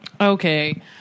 Okay